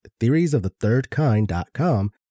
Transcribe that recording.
TheoriesOfTheThirdKind.com